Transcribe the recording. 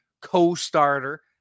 co-starter